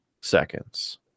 seconds